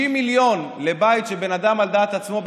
50 מיליון לבית של בן אדם שעל דעת עצמו,